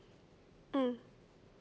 mm